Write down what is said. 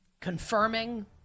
confirming